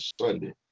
Sunday